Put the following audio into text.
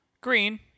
green